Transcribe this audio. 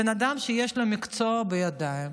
בן אדם שיש לו מקצוע בידיים,